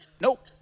Nope